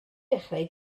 dechrau